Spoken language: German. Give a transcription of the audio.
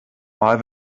mal